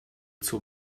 zur